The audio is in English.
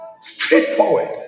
straightforward